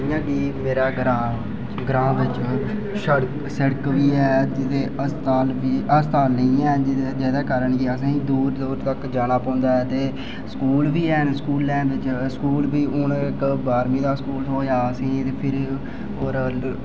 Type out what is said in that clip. जि'यां कि मेरां ग्रां च शड़क बी ऐ ते असपताल नेईं ए जेह्दी वजह नै असैं दूर दूर तकर जाना पौंदा ते स्कूल बी ऐन ते स्कूल बी हुन बाह्रमीं तक्कर थ्होआ